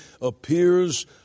appears